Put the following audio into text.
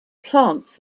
plants